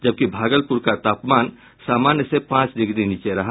जबकि भागलपुर का तापमान समान्य से पांच डिग्री नीचे रहा